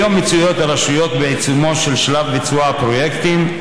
כיום נמצאות הרשויות בעיצומו של שלב ביצוע הפרויקטים,